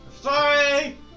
Sorry